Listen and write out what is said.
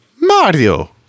Mario